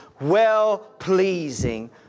well-pleasing